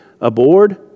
aboard